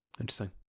Interesting